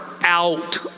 out